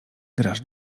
grasz